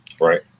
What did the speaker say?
Right